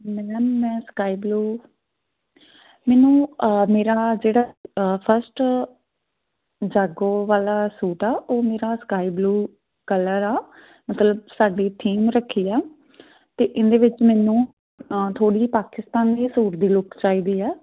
ਮੈਨੂੰ ਨਾ ਮੈਂ ਸਕਾਈ ਬਲੂ ਮੈਨੂੰ ਮੇਰਾ ਜਿਹੜਾ ਫਸਟ ਜਾਗੋ ਵਾਲਾ ਸੂਟ ਆ ਉਹ ਮੇਰਾ ਸਕਾਈ ਬਲੂ ਕਲਰ ਆ ਮਤਲਬ ਸਾਡੀ ਥੀਮ ਰੱਖੀ ਆ ਅਤੇ ਇਹਦੇ ਵਿੱਚ ਮੈਨੂੰ ਥੋੜ੍ਹੀ ਜਿਹੀ ਪਾਕਿਸਤਾਨੀ ਸੂਟ ਦੀ ਲੁੱਕ ਚਾਹੀਦੀ ਹੈ